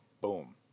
Boom